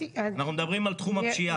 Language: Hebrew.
אנחנו מדברים על תחום הפשיעה.